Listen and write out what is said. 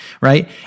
right